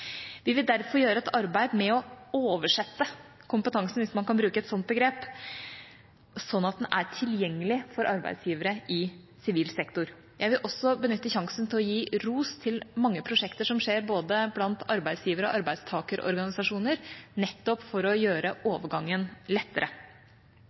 Vi vil derfor gjøre et arbeid med å «oversette» kompetansen, hvis man kan bruke et slikt begrep, slik at den er tilgjengelig for arbeidsgivere i sivil sektor. Jeg vil også benytte sjansen til å gi ros til mange prosjekter som skjer både blant arbeidsgiver- og arbeidstakerorganisasjoner, nettopp for å gjøre